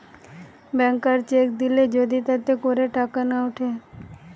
ব্যাংকার cheque দিলে যদি তাতে করে টাকা না উঠে